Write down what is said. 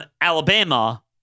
Alabama